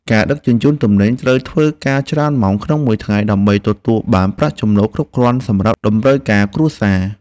អ្នកដឹកជញ្ជូនទំនិញត្រូវធ្វើការច្រើនម៉ោងក្នុងមួយថ្ងៃ ដើម្បីទទួលបានប្រាក់ចំណូលគ្រប់គ្រាន់សម្រាប់តម្រូវការគ្រួសារ។